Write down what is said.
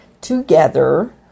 together